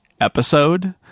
episode